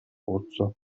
pozzo